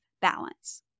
balance